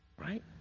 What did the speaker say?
Right